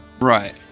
Right